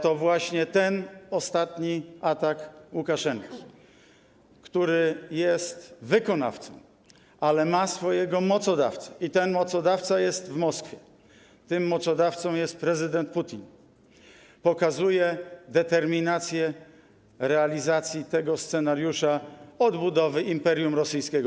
To właśnie ten ostatni atak Łukaszenki - który jest wykonawcą, ale ma swojego mocodawcę, ten mocodawca jest w Moskwie, tym mocodawcą jest prezydent Putin - pokazuję determinację w realizacji tego scenariusza odbudowy Imperium Rosyjskiego.